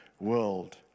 world